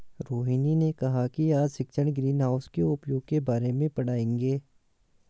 रोहिनी ने कहा कि आज शिक्षक ग्रीनहाउस के उपयोग के बारे में पढ़ाएंगे